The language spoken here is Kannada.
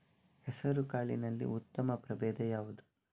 ಹೆಸರುಕಾಳಿನಲ್ಲಿ ಉತ್ತಮ ಪ್ರಭೇಧ ಯಾವುದು?